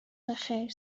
بخیر